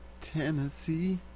Tennessee